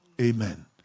Amen